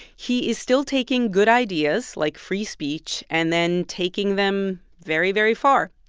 he is still taking good ideas like free speech and then taking them very, very far.